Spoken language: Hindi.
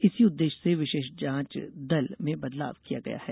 इसी उद्देश्य से विशेष जांच दल में बदलाव किया गया है